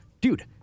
dude